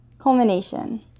culmination